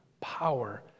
power